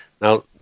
Now